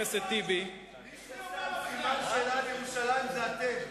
מי ששם סימן שאלה על ירושלים זה אתם.